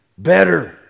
better